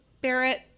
Barrett